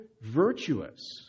virtuous